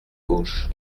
gauche